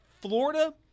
Florida